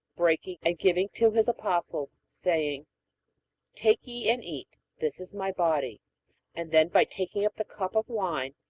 breaking, and giving to his apostles, saying take ye and eat. this is my body and then by taking the cup of wine,